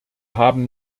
haben